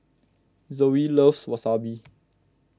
Zoe loves Wasabi